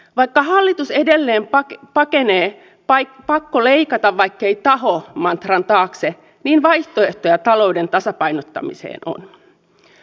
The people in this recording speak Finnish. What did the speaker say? vaikka hallitus edelleen pakenee pakko leikata vaikkei taho mantran taakse niin vaihtoehtoja talouden tasapainottamiseen on